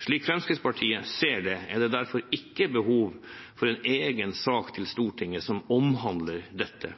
Slik Fremskrittspartiet ser det, er det derfor ikke behov for en egen sak til Stortinget som omhandler dette.